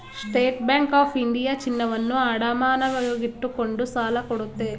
state Bank of India ಚಿನ್ನವನ್ನು ಅಡಮಾನವಾಗಿಟ್ಟುಕೊಂಡು ಸಾಲ ಕೊಡುತ್ತೆ